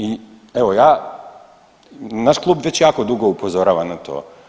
I evo ja, naš klub već jako dugo upozorava na to.